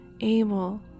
able